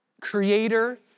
creator